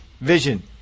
vision